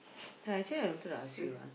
ya actually I wanted to ask you ah